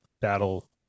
battle